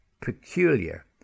peculiar